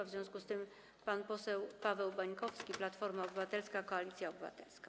W związku z tym pan poseł Paweł Bańkowski, Platforma Obywatelska - Koalicja Obywatelska.